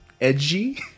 edgy